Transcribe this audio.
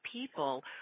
people